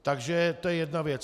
Takže to je jedna věc.